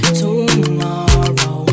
tomorrow